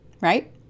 Right